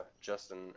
Justin